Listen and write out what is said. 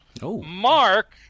Mark